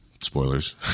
Spoilers